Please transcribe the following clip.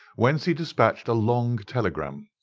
whence he dispatched a long telegram.